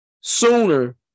sooner